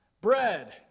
bread